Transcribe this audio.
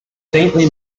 faintly